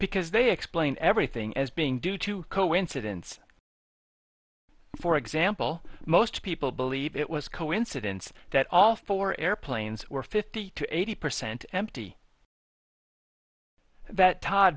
because they explain everything as being due to coincidence for example most people believe it was coincidence that all four airplanes were fifty to eighty percent empty that todd